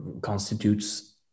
constitutes